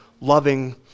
loving